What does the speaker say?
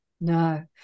No